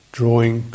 drawing